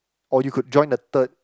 or you could join the third